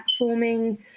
platforming